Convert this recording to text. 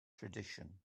tradition